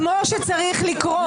כמו שצריך לקרות.